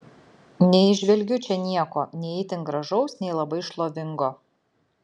neįžvelgiu čia nieko nei itin gražaus nei labai šlovingo